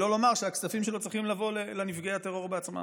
שלא לומר שהכספים שלו צריכים לעבור לפיצוי נפגעי הטרור עצמם.